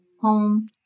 Home